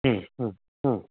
മ്മ് മ്മ് മ്മ്